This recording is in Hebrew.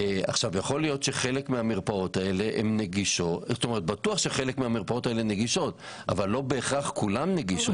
בטוח שחלק מהמרפאות האלה הן נגישות אבל לא בהכרח כולן נגישות.